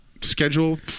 schedule